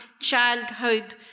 childhood